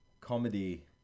comedy